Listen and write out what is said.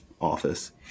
office